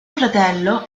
fratello